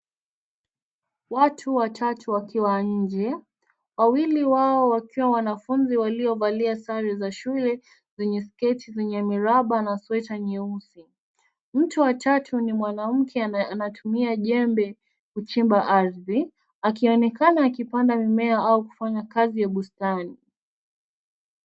Watu watatu wakiwa nje. Wawili wao wakiwa wanafunzi waliovalia sare za shule zenye sketi zenye miraba na sweta nyeusi. Mtu wa tatu ni mwanamke anatumia jembe kuchimba ardhi akionekana kupanda mmea au kufanya kazi ya bustani.